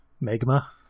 Magma